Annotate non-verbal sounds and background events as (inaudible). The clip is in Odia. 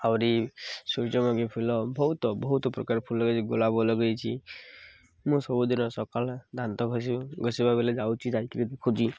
ଆହୁରି ସୂର୍ଯ୍ୟମୁଖୀ ଫୁଲ ବହୁତ ବହୁତ ପ୍ରକାର ଫୁଲ (unintelligible) ଗୋଲାପ ଲଗେଇଛି ମୁଁ ସବୁଦିନ ସକାଳ ଦାନ୍ତ ଘଷିବା ବେଳେ ଯାଉଛି ଯାଇକିରି ଦେଖୁଛି